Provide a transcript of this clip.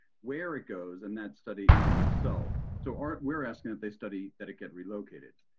where it goes and that study in and of itself. so art, we're asking that they study that it get relocated,